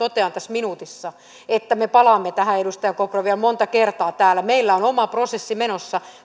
ja totean tässä minuutissa että me palaamme tähän edustaja kopra vielä monta kertaa täällä meillä on oma prosessi menossa